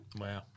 Wow